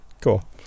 Cool